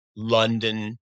London